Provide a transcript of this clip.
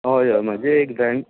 हय हय वेट गायन